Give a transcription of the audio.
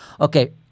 Okay